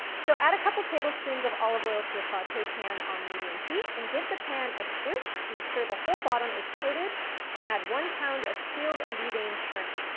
so add a couple tablespoons of olive oil to a saute pan on medium heat and give the pan a swish to make sure the whole bottom is coated and add one pound of peeled and deveined shrimp.